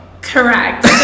correct